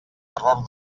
error